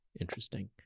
Interesting